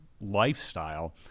lifestyle